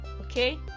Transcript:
okay